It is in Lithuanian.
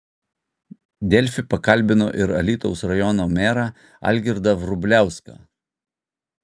delfi pakalbino ir alytaus rajono merą algirdą vrubliauską